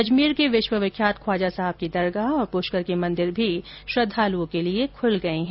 अजमेर के विश्वविख्यात ख्वाजा साहब की दरगाह और पुष्कर के मंदिर भी श्रद्धालुओं के लिए खुल गए है